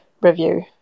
review